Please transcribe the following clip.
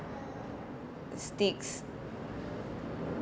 sticks